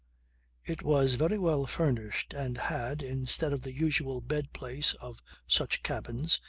it was very well furnished and had, instead of the usual bedplace of such cabins,